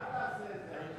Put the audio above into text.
חבר הכנסת זאב,